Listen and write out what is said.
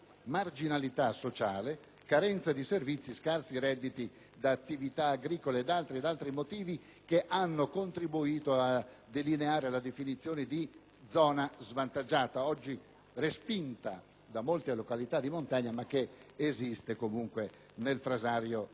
carenza di servizi e scarsi redditi da attività agricole e per altri motivi che hanno contribuito a delineare la definizione di zona svantaggiata, oggi respinta da molte località di montagna, ma che esiste comunque nel frasario delle legislazioni